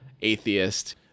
atheist